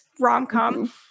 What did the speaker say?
rom-com